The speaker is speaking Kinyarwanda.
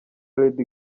lady